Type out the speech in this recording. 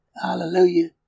Hallelujah